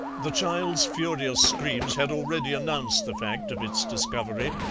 the child's furious screams had already announced the fact of its discovery,